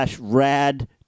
rad